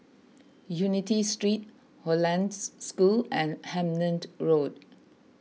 Unity Street Hollandse School and Hemmant Road